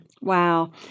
Wow